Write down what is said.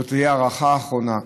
שזאת תהיה ההארכה האחרונה,